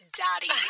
daddy